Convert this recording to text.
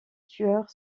tueurs